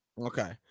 Okay